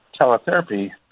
teletherapy